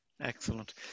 Excellent